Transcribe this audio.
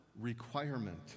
requirement